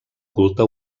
culte